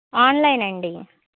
online అండి